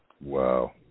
Wow